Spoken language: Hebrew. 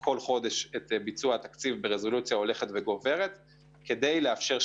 כל חודש את ביצוע התקציב ברזולוציה הולכת וגוברת כדי לאפשר שקיפות.